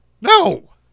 No